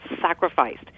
sacrificed